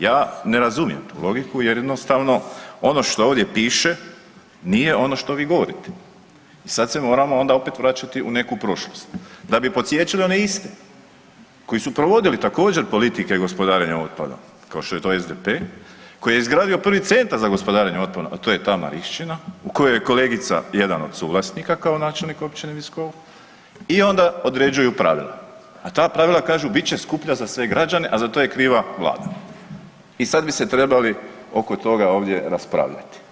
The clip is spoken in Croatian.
Ja ne razumijem tu logiku jer jednostavno ono što ovdje piše nije ono što vi govorite i sad se moramo onda opet vraćati u neku prošlost, da bi podsjećali na one iste koji su provodili također, politike gospodarenja otpadom, kao što je to SDP koji je izgradio prvi centar za gospodarenje otpadom, a to je ta Marišćina u kojoj je kolegica, jedan od suvlasnika kao načelnik općine Viškovo i onda određuju pravila, a ta pravila kažu bit će skuplja za sve građane, a za to je kriva Vlada i sad bi se trebali oko toga ovdje raspravljati.